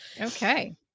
Okay